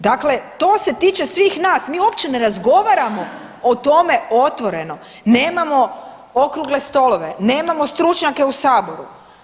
Dakle, to se tiče svih nas, mi uopće ne razgovaramo o tome otvoreno, nemamo okrugle stolove, nemamo stručnjake u saboru.